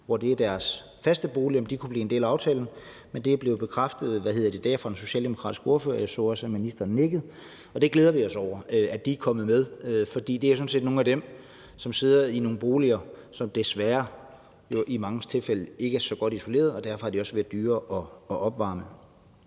som har deres fritidsbolig som fast bolig, at blive en del af aftalen, men de er kommet med, og det er blevet bekræftet i dag af den socialdemokratiske ordfører, og jeg så også, at ministeren nikkede til det. Det glæder vi os over. De er jo sådan set nogle af dem, som sidder i nogle boliger, som desværre for manges tilfælde ikke er så godt isolerede og derfor også er dyre at opvarme.